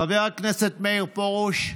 חבר הכנסת מאיר פרוש,